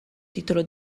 titolo